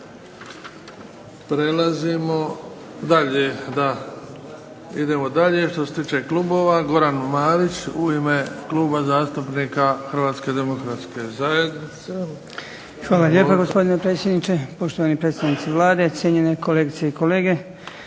Prelazimo dalje, idemo dalje, što se tiče klubova. Goran Marić u Ime Kluba zastupnika Hrvatske demokratske zajednice. Izvolite. **Marić, Goran (HDZ)** Hvala lijepa gospodine predsjedniče, poštovani predstavnici Vlade, cijenjeni kolegice i kolege.